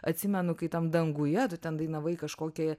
atsimenu kai tam danguje tu ten dainavai kažkokį